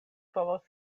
povos